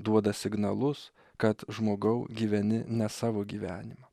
duoda signalus kad žmogau gyveni ne savo gyvenimą